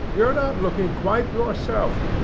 you're not looking quite yourself.